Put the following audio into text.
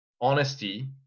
Honesty